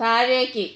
താഴേക്ക്